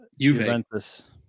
Juventus